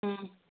ꯎꯝ